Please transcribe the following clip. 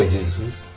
Jesus